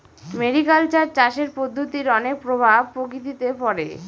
mariculture চাষের পদ্ধতির অনেক প্রভাব প্রকৃতিতে পড়ে